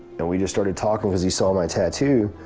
and we just started talking because he saw my tattoo.